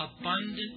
abundant